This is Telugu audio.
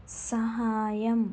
సహాయం